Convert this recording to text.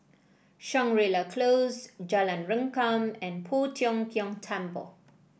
Shangri La Close Jalan Rengkam and Poh Tiong Kiong Temple